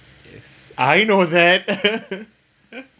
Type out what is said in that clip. yes I know that